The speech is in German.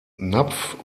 napf